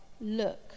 Look